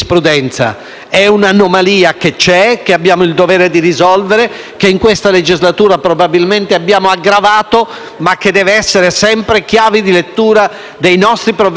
che in questa legislatura abbiamo probabilmente aggravato, ma che deve essere sempre chiave di lettura dei nostri provvedimenti nel momento in cui non l'abbiamo ancora risolta.